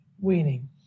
weaning